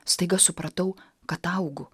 staiga supratau kad augu